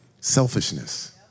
selfishness